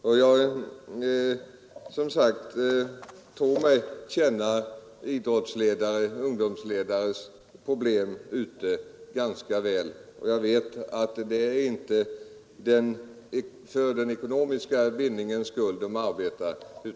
Och jag tror mig som sagt känna idrottsledarnas problem och inställning ganska väl och vet att det inte är för den ekonomiska vinningens skull de arbetar.